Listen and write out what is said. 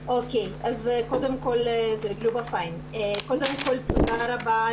תודה רבה,